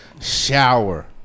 Shower